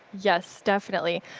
yes, definitely.